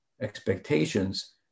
expectations